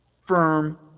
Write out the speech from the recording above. firm